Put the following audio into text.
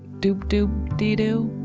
do, do, do, do